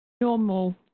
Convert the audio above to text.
normal